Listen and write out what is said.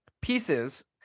pieces